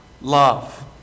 love